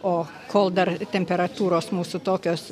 o kol dar temperatūros mūsų tokios